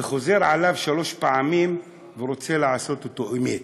וחוזר עליו שלוש פעמים ורוצה לעשות אותו אמת.